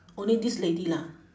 only this lady lah